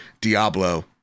Diablo